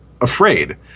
afraid